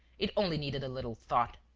it only needed a little thought.